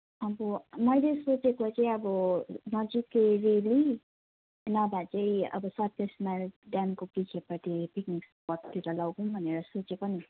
अब मैले सोचेको चाहिँ अब नजिकै रेली नभए चाहिँ अब सत्य स्मारक उद्यानको पिछेपट्टि पिकनिक स्पटतिर लैजाउँ भनेर सोचेको नि